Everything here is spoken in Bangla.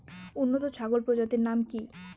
উন্নত ছাগল প্রজাতির নাম কি কি?